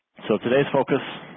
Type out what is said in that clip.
so today's focus,